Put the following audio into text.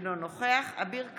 אינו נוכח אביר קארה,